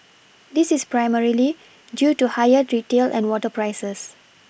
this is primarily due to higher retail and water prices